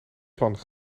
plan